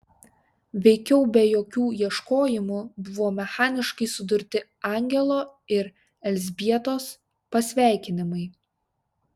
veikiau be jokių ieškojimų buvo mechaniškai sudurti angelo ir elzbietos pasveikinimai